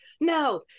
no